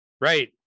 right